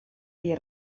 había